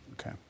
Okay